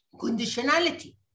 conditionality